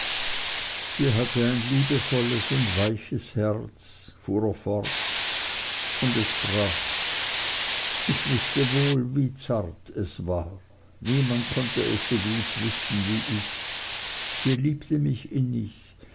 sie hatte ein liebevolles und weiches herz fuhr er fort und es brach ich wußte wohl wie zart es war niemand konnte es so gut wissen wie ich sie liebte mich innig